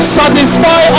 satisfy